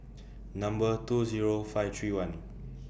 Number two Zero five three one